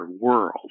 world